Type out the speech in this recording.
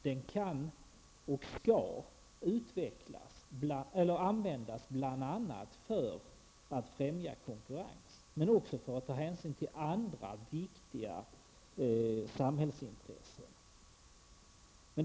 Den kan och skall användas bl.a. för att främja konkurrens men också för att ta hänsyn till andra viktiga samhällsintressen.